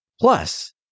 Plus